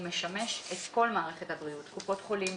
משמש את כל מערכת הבריאות קופות חולים,